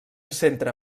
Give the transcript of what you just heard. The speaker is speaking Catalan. centre